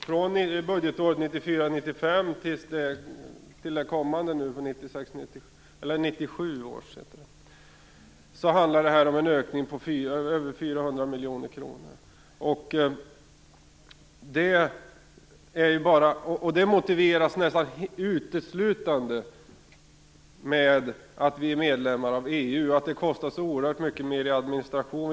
Från budgetåret 1994/95 till 97 handlar det om en ökning på över 400 miljoner kronor. Det motiveras nästan uteslutande med att vi är medlemmar av EU och att det kostar så oerhört mycket mer i administration.